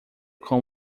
com